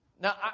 Now